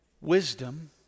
Wisdom